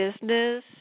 business